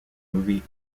movie